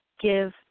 Give